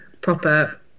proper